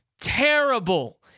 terrible